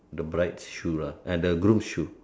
the bride's shoe lah ah the groom's shoe